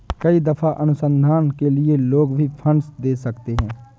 कई दफा अनुसंधान के लिए लोग भी फंडस दे सकते हैं